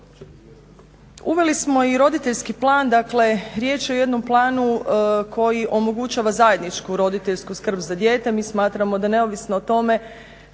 Uveli smo i roditeljski plan. Dakle riječ je o jednom planu koji omogućava zajedničku roditeljsku skrb za dijete. Mi smatramo da neovisno o tome